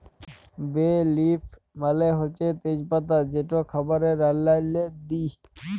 বে লিফ মালে হছে তেজ পাতা যেট খাবারে রাল্লাল্লে দিই